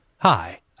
Hi